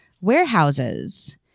warehouses